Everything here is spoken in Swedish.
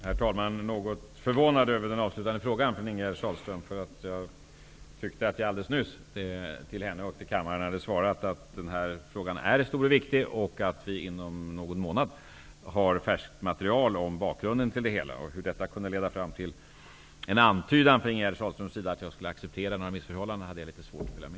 Herr talman! Jag är något förvånad över Ingegerd Sahlströms avslutande fråga, eftersom jag alldeles nyss till henne och till kammaren har svarat att den här frågan är stor och viktig och att vi inom någon månad kommer att ha ett färskt material om bakgrunden till det hela. Hur detta kunde leda fram till en antydan från Ingegerd Sahlströms sida att jag skulle acceptera några missförhållanden har jag litet svårt att förstå.